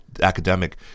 academic